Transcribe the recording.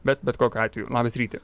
bet bet kokiu atveju labas ryti